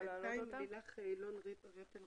בינתיים נקרא